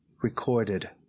recorded